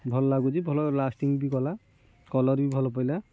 ଭଲ ଲାଗୁଛି ଭଲ ଲାଷ୍ଟିଙ୍ଗ୍ ବି କଲା କଲର୍ ବି ଭଲ ପଇଲା